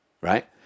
right